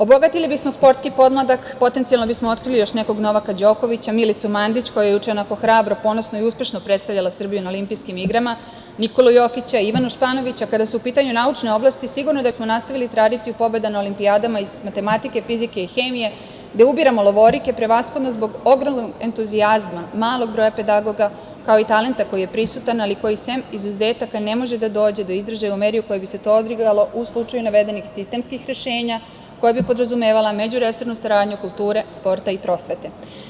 Obogatili bismo sportski podmladak, potencijalno bismo otkrili još nekog Novaka Đokovića, Milicu Mandić, koja je juče onako hrabro, ponosno i uspešno predstavljala Srbiju na Olimpijskim igrama, Nikolu Jokića, Ivanu Španović, a kada su u pitanju naučne oblati, sigurno da bismo nastavili tradiciju pobeda na olimpijadama iz matematike, fizike i hemije, gde ubiramo levoruke prevashodno zbog ogromnog entuzijazma malog broja pedagoga, kao i talenta koji je prisutan, ali koji sem izuzetaka ne može da dođe do izražaja u meri u kojoj bi se to odigralo u slučaju navedenih sistemskih rešenja, koja bi podrazumevala međuresornu saradnju kulture, sporta i prosvete.